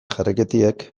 jarraitzeak